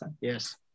Yes